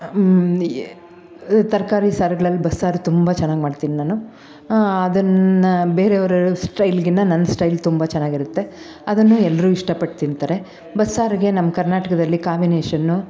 ತರಕಾರಿ ಸಾರ್ಗಳಲ್ಲಿ ಬಸ್ಸಾರು ತುಂಬ ಚೆನ್ನಾಗಿ ಮಾಡ್ತೀನಿ ನಾನು ಅದನ್ನು ಬೇರೆಯವರ ಸ್ಟೈಲಿಗಿನ್ನ ನನ್ನ ಸ್ಟೈಲ್ ತುಂಬ ಚೆನ್ನಾಗಿರುತ್ತೆ ಅದನ್ನೇ ಎಲ್ಲರು ಇಷ್ಟಪಟ್ಟು ತಿಂತಾರೆ ಬಸ್ಸಾರಿಗೆ ನಮ್ಮ ಕರ್ನಾಟಕದಲ್ಲಿ ಕಾಂಬಿನೇಷನ್ನು